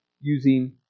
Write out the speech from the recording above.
using